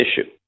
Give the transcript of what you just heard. issue